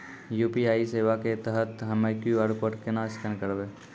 UPI सेवा के तहत हम्मय क्यू.आर कोड केना स्कैन करबै?